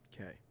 Okay